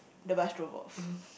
the bus drove off